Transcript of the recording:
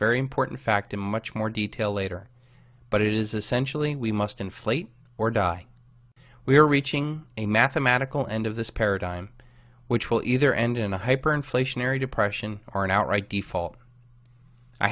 very important fact in much more detail later but it is essentially we must inflate or die we are reaching a mathematical end of this paradigm which will either end in a hyper inflationary depression or an outright default i